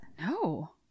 no